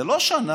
זה לא שאנחנו